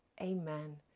Amen